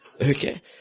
Okay